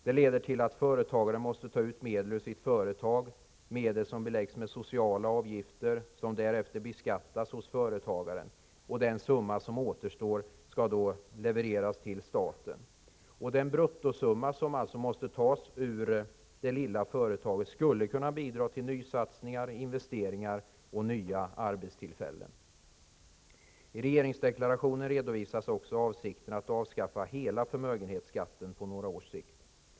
Företagaren tvingas kanske ta ut medel från sitt företag, medel som beläggs med sociala avgifter och därefter beskattas hos företagaren. Den summa som återstår skall levereras till staten. Den bruttosumma som måste tas ur det lilla företaget skulle kunna bidra till nysatsningar, investeringar och nya arbetstillfällen. I regeringsdeklarationen redovisas avsikten att avskaffa hela förmögenhetsskatten på några års sikt.